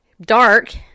dark